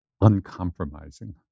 uncompromising